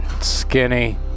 skinny